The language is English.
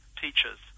teachers